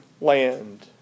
land